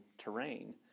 terrain